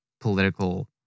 political